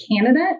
candidate